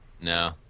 No